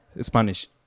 Spanish